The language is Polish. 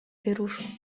wieruszu